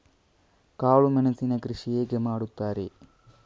ಕಾಳು ಮೆಣಸಿನ ಕೃಷಿ ಹೇಗೆ ಮಾಡುತ್ತಾರೆ?